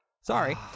Sorry